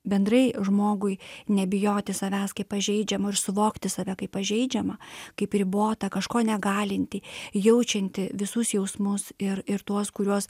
bendrai žmogui nebijoti savęs kaip pažeidžiamo ir suvokti save kaip pažeidžiamą kaip ribotą kažko negalintį jaučiantį visus jausmus ir ir tuos kuriuos